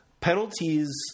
penalties